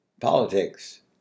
politics